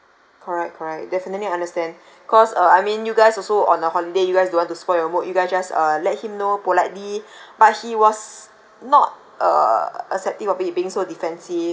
correct correct definitely understand because uh I mean you guys also on a holiday you guys don't want to spoil your mood you guys just uh let him know politely but he was not uh accepting for being being so defensive